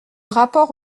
rapport